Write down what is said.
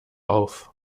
auf